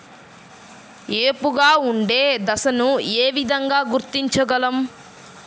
ఏపుగా ఉండే దశను ఏ విధంగా గుర్తించగలం?